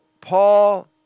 paul